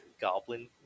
goblin